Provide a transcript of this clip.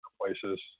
places